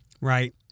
right